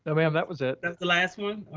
but ma'am that was it. that's the last one,